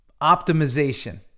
optimization